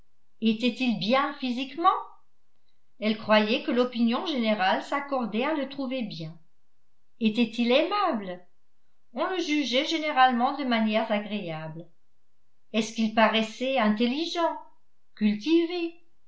était-il bien physiquement elle croyait que l'opinion générale s'accordait à le trouver bien était-il aimable on le jugeait généralement de manières agréables est-ce qu'il paraissait intelligent cultivé